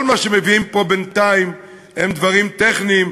כל מה שמביאים פה בינתיים הם דברים טכניים